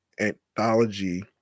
anthology